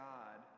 God